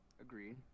Agreed